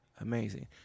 amazing